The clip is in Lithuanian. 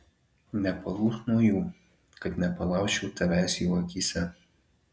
nepalūžk nuo jų kad nepalaužčiau tavęs jų akyse